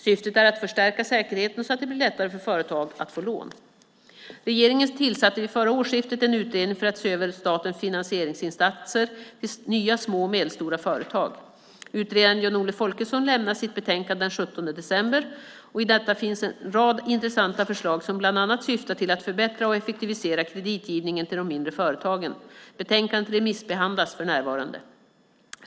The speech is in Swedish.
Syftet är att förstärka säkerheten så att det blir lättare för företag att få lån. Regeringen tillsatte vid förra årsskiftet en utredning som skulle se över statens finansieringsinsatser riktade till nya små och medelstora företag. Utredaren Jan-Olle Folkesson avlämnade sitt betänkande den 17 december . I detta finns det en rad intressanta förslag som bland annat syftar till att förbättra och effektivisera kreditgivningen till de mindre företagen. Betänkandet remissbehandlas för närvarande.